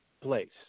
place